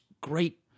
great